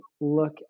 look